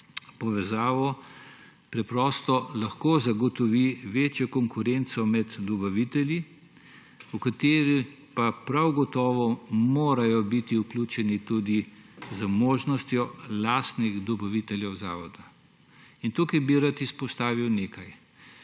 povezavo preprosto lahko zagotovi večjo konkurenco med dobavitelji, v katero pa prav gotovo morajo biti vključeni tudi z možnostjo lastnih dobaviteljev zavoda. In tukaj bi rad izpostavil nekaj.